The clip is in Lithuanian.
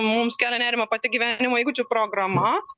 mums kelia nerimą pati gyvenimo įgūdžių programa